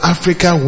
Africa